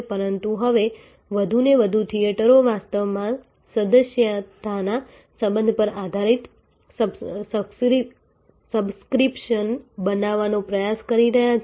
પરંતુ હવે વધુને વધુ થિયેટરો વાસ્તવમાં સદસ્યતાના સંબંધ પર આધારિત સબ્સ્ક્રિપ્શન બનાવવાનો પ્રયાસ કરી રહ્યાં છે